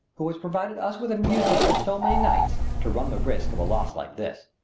who has provided us with amusement for so many nights, to run the risk of a loss like this.